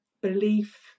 belief